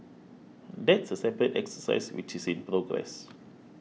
that's a separate exercise which is in progress